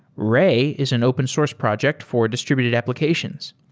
ray is an open source project for distributed applications.